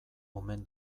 omen